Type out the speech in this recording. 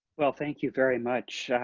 well, thank you very much,